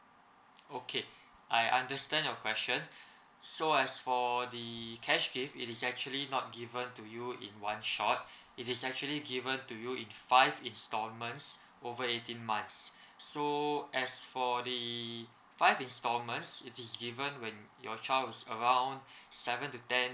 okay I understand your question so as for the cash gift it is actually not given to you in one shot it is actually given to you in five installments over eighteen months so as for the five installments it is given when your child is around seven to ten